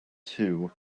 two